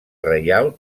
reial